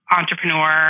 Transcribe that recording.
entrepreneur